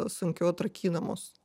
sunkiau atrakinamos